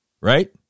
Right